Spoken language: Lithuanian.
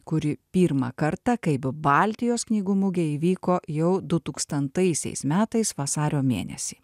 kuri pirmą kartą kaip baltijos knygų mugė įvyko jau du tūkstantaisiais metais vasario mėnesį